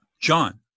john